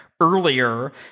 earlier